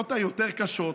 השאלות היותר-קשות,